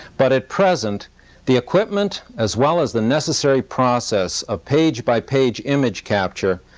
but at present the equipment, as well as the necessary process of page-by-page image capture,